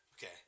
Okay